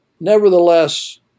Nevertheless